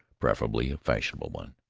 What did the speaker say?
preferably a fashionable one.